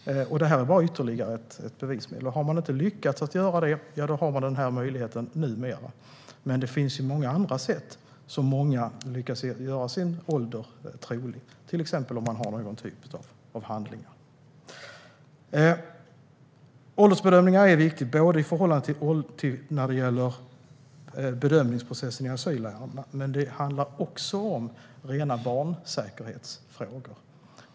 Detta är bara ytterligare ett bevismedel. Om man inte lyckas bevisa sin ålder finns numera denna möjlighet. Men det finns andra sätt som många som lyckas göra sin ålder trolig använder, till exempel någon typ av handlingar. Åldersbedömningar är viktiga i förhållande till bedömningsprocessen i asylärenden, men det handlar också om rena barnsäkerhetsfrågor.